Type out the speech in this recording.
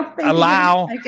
Allow